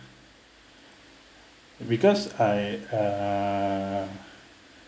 because I uh